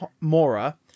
Mora